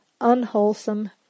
unwholesome